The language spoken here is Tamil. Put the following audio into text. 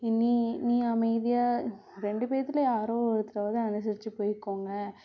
நீ நீ அமைதியாக ரெண்டு பேத்தில் யாரோ ஒருத்தராவது அனுசரித்து போய்க்கோங்க